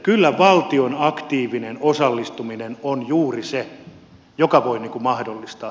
kyllä valtion aktiivinen osallistuminen on juuri se joka voi mahdollistaa